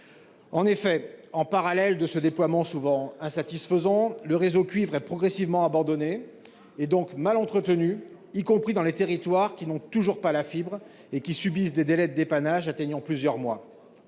En effet, en parallèle de ce déploiement souvent insatisfaisant le réseau cuivre et progressivement abandonné et donc mal entretenues, y compris dans les territoires qui n'ont toujours pas la fibre et qui subissent des délais de dépannage atteignant plusieurs mois.